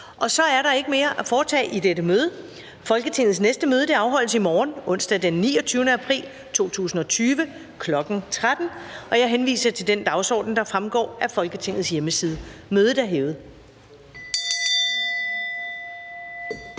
Der er ikke mere at foretage i dette møde. Folketingets næste møde afholdes i morgen, onsdag den 29. april 2020, kl. 13.00. Jeg henviser til den dagsorden, der fremgår af Folketingets hjemmeside. Mødet er hævet.